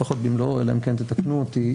לפחות במלואו אלא אם כן תתקנו אותי,